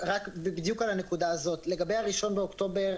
בדיוק על הנקודה הזאת לגבי ה-1 באוקטובר,